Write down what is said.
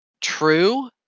true